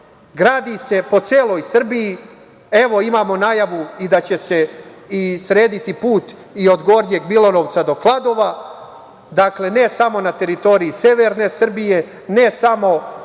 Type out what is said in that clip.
Gradi se po celoj Srbiji. Evo, imamo najavu i da će se srediti put od Gornjeg Milanovca do Kladova, dakle, ne samo na teritoriji severne Srbije, ne samo što